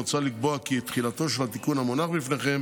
מוצע לקבוע כי תחילתו של התיקון המונח בפניכם